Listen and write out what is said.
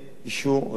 אישור רחצה